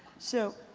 so,